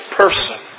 person